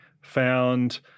found